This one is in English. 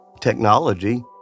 Technology